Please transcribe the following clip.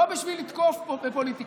לא בשביל לתקוף בפוליטיקה.